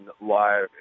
live